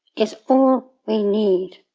is all we need.